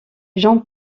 jean